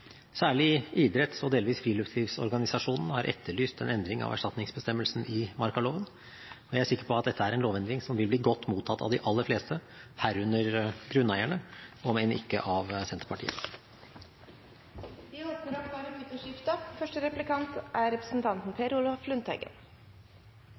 Særlig idrettsorganisasjonene og delvis friluftslivsorganisasjonene har etterlyst en endring av erstatningsbestemmelsen i markaloven. Jeg er sikker på at dette er en lovendring som vil bli godt mottatt av de aller fleste, herunder grunneierne, om enn ikke av Senterpartiet. Det blir replikkordskifte. Formålet med lovendringa er